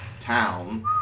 town